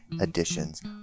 editions